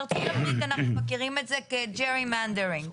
בארצות הברית אנחנו מכירים את זה כ- Gerrymandering,